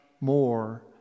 more